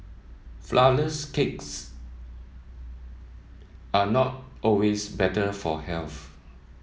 flourless cakes are not always better for health